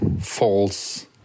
false